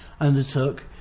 undertook